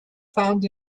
found